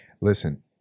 listen